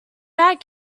bad